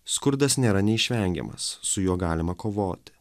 skurdas nėra neišvengiamas su juo galima kovoti